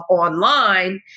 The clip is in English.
online